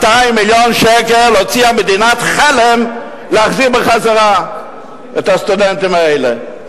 200 מיליון שקל הוציאה מדינת חלם להחזיר את הסטודנטים האלה,